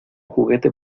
juguete